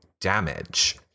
damage